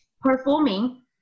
performing